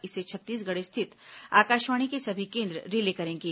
इसे छत्तीसगढ़ स्थित आकाशवाणी के सभी केंद्र रिले करेंगे